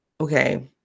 okay